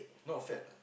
not fat ah